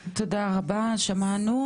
כן, נורית תודה רבה שמענו.